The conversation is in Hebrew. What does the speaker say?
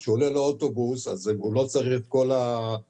כשהוא עולה לאוטובוס הוא לא צריך את כל התמרונים,